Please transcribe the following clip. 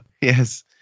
Yes